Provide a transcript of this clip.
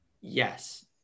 yes